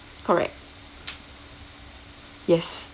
correct yes